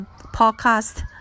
podcast